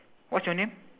what's your name